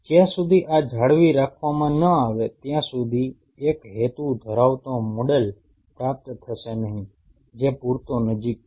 જ્યાં સુધી આ જાળવી રાખવામાં ન આવે ત્યાં સુધી એક હેતુ ધરાવતો મોડેલ પ્રાપ્ત થશે નહીં જે પૂરતો નજીક છે